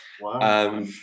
Wow